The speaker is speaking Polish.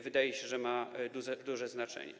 Wydaje się, że ma to duże znaczenie.